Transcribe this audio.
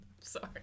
Sorry